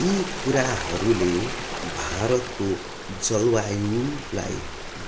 यि कुराहरूले भारतको जलवायुलाई